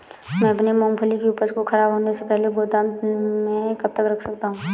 मैं अपनी मूँगफली की उपज को ख़राब होने से पहले गोदाम में कब तक रख सकता हूँ?